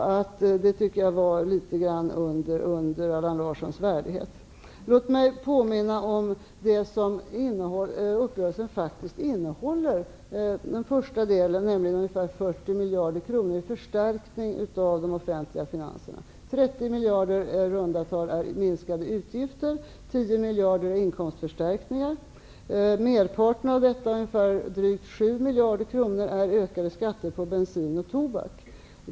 Jag tycker att detta var litet grand under Allan Larssons värdighet. Låt mig påminna om det som uppgörelsen faktiskt innehåller i den första delen, nämligen ungefär 40 miljarder kronor i förstärkning av de offentliga finanserna, 30 miljarder i minskade utgifter och 10 miljarder i inkomstförstärkningar. Merparten av detta, drygt 7 miljarder, är ökade skatter på bensin och tobak.